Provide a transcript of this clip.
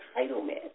entitlement